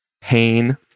pain